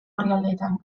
orrialdeetan